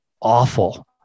awful